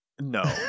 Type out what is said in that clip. No